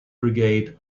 brigade